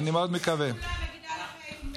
מה עם שיתוף הפעולה שהיה לך עם מרצ?